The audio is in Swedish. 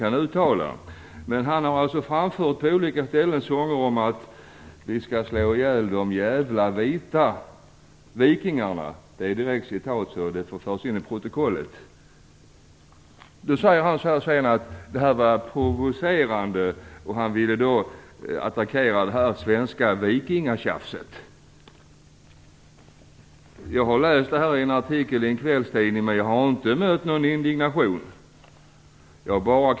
Han har på olika ställen framfört sånger där han sjunger: "Vi skall slå ihjäl de djävla vita vikingarna." Det är ett direkt citat och får därför föras in i protokollet. Sedan säger han att detta var provocerande och att han ville attackera det svenska vikingatjafset. Jag har läst detta i en artikel i en kvällstidning, men jag har inte mött någon indignation. Fru talman!